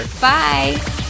Bye